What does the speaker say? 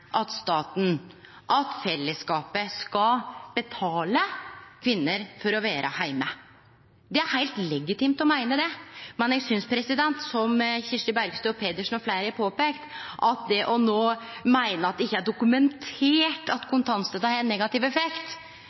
at staten, at fellesskapet, skal betale kvinner for å vere heime. Det er heilt legitimt å meine det, men eg synest – som Kirsti Bergstø, Helga Pedersen og fleire andre har påpeikt – at når ein meiner at det ikkje er dokumentert at kontantstøtta har ein negativ effekt,